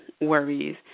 worries